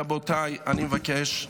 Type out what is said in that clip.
רבותיי, אני מבקש,